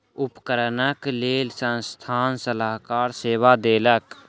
उपकरणक लेल संस्थान सलाहकार सेवा देलक